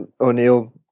O'Neill